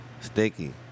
Sticky